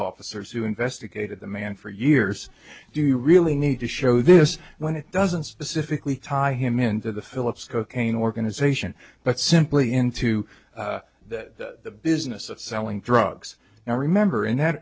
officers who investigated the man for years do you really need to show this when it doesn't specifically tie him into the philips cocaine organization but simply into that the business of selling drugs and i remember in that